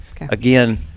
Again